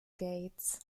gates